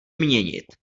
měnit